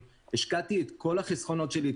השקעתי את כל החסכונות שלי,